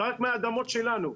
זה רק מהאדמות שלנו,